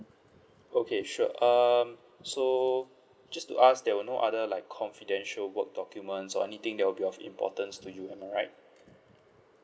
okay sure um so just to ask there were no other like confidential work documents or anything that will be your importance to you am I right